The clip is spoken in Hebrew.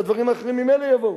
והדברים האחרים ממילא יבואו.